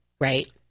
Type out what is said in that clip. right